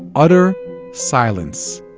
utter silence.